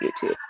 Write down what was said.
YouTube